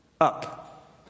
Up